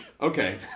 Okay